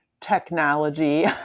technology